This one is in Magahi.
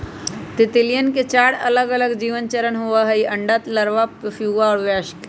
तितलियवन के चार अलगअलग जीवन चरण होबा हई अंडा, लार्वा, प्यूपा और वयस्क